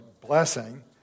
blessing